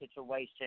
situation